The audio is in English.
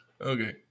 Okay